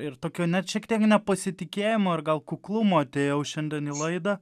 ir tokiu net šiek tiek nepasitikėjimu ir gal kuklumu atėjau šiandien į laidą